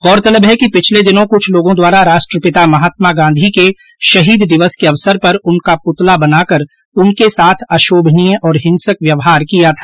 गौरतलब है कि पिछले दिनों क्छ लोगों द्वारा राष्ट्रपिता महात्मा गांधी के शहीद दिवस के अवसर पर उनका प्रतला बनाकर उनके साथ अशोभनीय और हिंसक व्यवहार किया था